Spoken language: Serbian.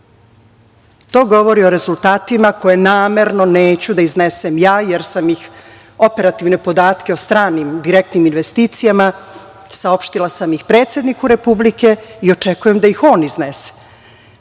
to govori o rezultatima koje namerno neću da iznesem ja, jer sam ih, operativne podatke o stranim direktnim investicijama saopštila sam i predsedniku Republike i očekujem da ih on iznese.